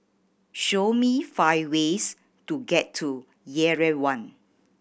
show me five ways to get to Yerevan